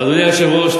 אדוני היושב-ראש,